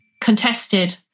contested